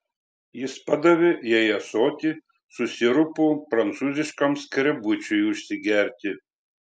jis padavė jai ąsotį su sirupu prancūziškam skrebučiui užsigerti